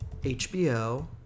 hbo